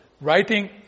writing